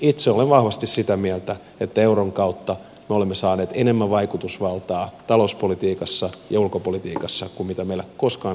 itse olen vahvasti sitä mieltä että euron kautta me olemme saaneet enemmän vaikutusvaltaa talouspolitiikassa ja ulkopolitiikassa kuin mitä meillä koskaan aikaisemmin historiamme aikana on ollut